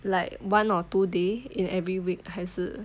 like one or two day in every week 还是